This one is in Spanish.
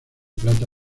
plata